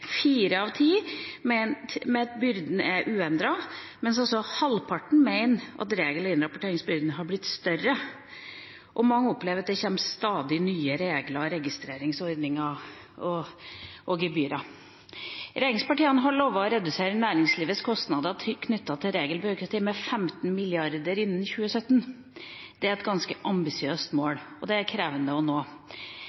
fire av ti mener at byrden er uendret, mens halvparten mener at regel- og innrapporteringsbyrden har blitt større. Mange opplever at det kommer stadig nye regler, registreringsordninger og gebyrer. Regjeringspartiene har lovet å redusere næringslivets kostnader knyttet til regelbruken med 15 mrd. kr innen 2017. Det er et ganske ambisiøst mål,